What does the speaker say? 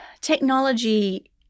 Technology